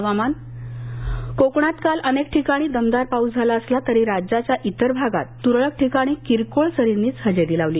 हवामान कोकणात काल अनेक ठिकाणी दमदार पाउस झाला असला तरी राज्याध्या इतर भागात तुरळक ठिकाणी किरकोळ सरींनीघ हजेरी लावली